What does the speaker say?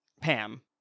Pam